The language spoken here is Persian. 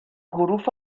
حروف